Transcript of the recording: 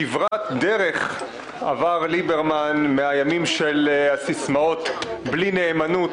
כברת דרך עבר ליברמן מהימים של סיסמאות כמו "בלי נאמנות